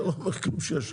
זה לא אומר כלום שישבת.